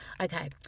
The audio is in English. Okay